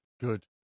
Good